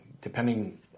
depending